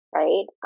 right